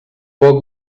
poc